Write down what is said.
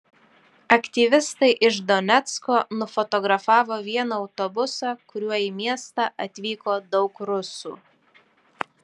aktyvistai iš donecko nufotografavo vieną autobusą kuriuo į miestą atvyko daug rusų